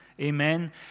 Amen